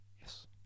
Yes